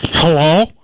Hello